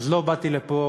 אז לא באתי לפה